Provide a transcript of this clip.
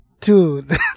dude